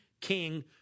king